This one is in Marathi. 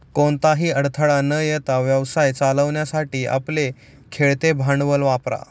कोणताही अडथळा न येता व्यवसाय चालवण्यासाठी आपले खेळते भांडवल वापरा